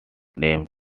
nicknamed